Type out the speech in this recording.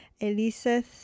Eliseth